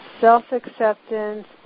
self-acceptance